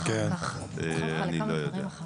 אני לא יודע.